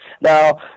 Now